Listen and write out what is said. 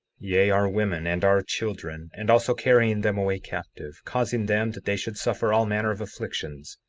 yea, our women and our children, and also carrying them away captive, causing them that they should suffer all manner of afflictions,